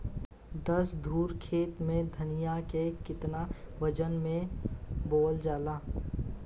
दस धुर खेत में धनिया के केतना वजन मे बोवल जाला?